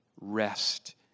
rest